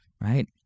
Right